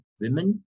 women